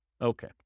Okay